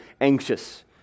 anxious